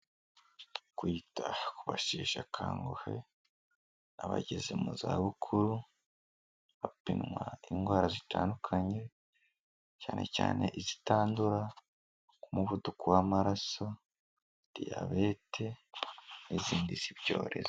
Kwita ku basheshe anguhe n'abageze mu zabukuru bapimwa indwara zitandukanye cyane cyane izitandura nk'umuvuduko w'amaraso, diyabete n'izindi z'ibyorezo.